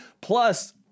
Plus